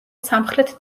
სამხრეთ